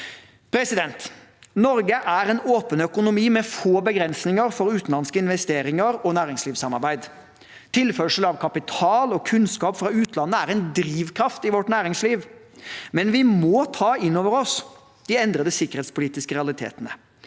Norge er en åpen økonomi med få begrensinger for utenlandske investeringer og næringslivssamarbeid. Tilførsel av kapital og kunnskap fra utlandet er en drivkraft i vårt næringsliv, men vi må ta inn over oss de endrede sikkerhetspolitiske realitetene.